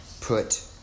Put